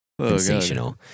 Sensational